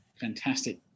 fantastic